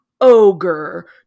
Ogre